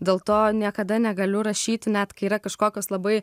dėl to niekada negaliu rašyti net kai yra kažkokios labai